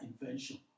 invention